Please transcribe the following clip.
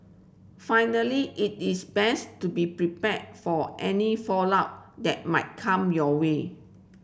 finally it is best to be prepared for any fallout that might come your way